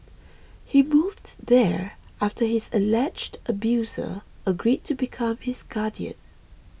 he moved there after his alleged abuser agreed to become his guardian